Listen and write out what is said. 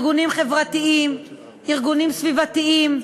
ארגונים חברתיים, ארגונים סביבתיים.